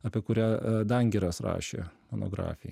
apie kurią dangiras rašė monografiją